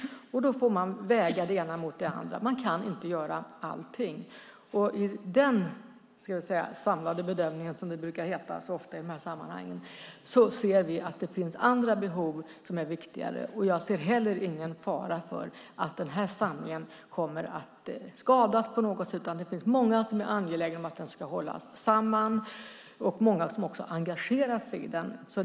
Då får man väga det ena mot det andra. Man kan inte göra allting. I den samlade bedömningen - som det brukar heta så ofta i dessa sammanhang - ser vi att det finns andra behov som är viktigare. Jag ser inte heller någon fara för att denna samling kommer att skadas på något sätt. Det finns många som är angelägna om att den ska hållas samman, och det finns också många som har engagerat sig i den.